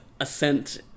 ascent